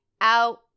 out